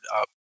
up